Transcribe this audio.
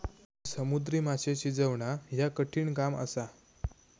समुद्री माशे शिजवणा ह्या कठिण काम असा